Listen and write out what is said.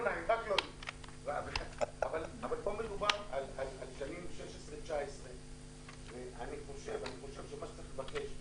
אבל פה מדובר על השנים 2019-2016. אני חושב שמה שצריך לבקש,